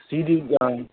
C division